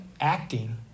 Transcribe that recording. Acting